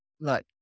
look